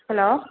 hello